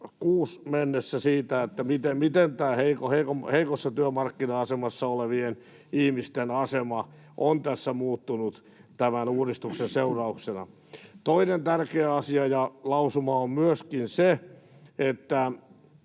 2026 mennessä, siitä, miten heikossa työmarkkina-asemassa olevien ihmisten asema on muuttunut tämän uudistuksen seurauksena. Toinen tärkeä asia ja lausuma on myöskin se, että